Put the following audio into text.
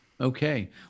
Okay